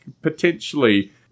potentially